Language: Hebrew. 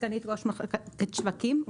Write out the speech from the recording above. סגנית ראש מחלקת שווקים,